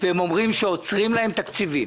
ואומרים שעוצרים להם תקציבים